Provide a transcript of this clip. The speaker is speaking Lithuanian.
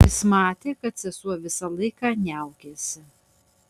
jis matė kad sesuo visą laiką niaukėsi